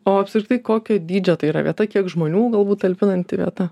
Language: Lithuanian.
o apskritai kokio dydžio tai yra vieta kiek žmonių galbūt talpinanti vieta